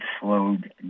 slowed